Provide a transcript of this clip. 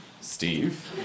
Steve